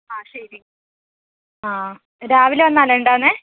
ആ ശരി ആ രാവിലെ വന്നാൽ ഉണ്ടാവുന്നത്